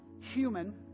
human